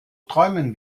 träumen